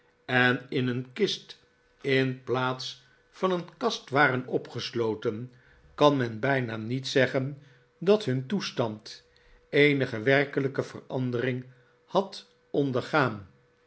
en in een kist in plaats van een kast waren opgesloten kan men bijna niet zeggen dat hun toestand eenige werkelijke verandering had ondergaan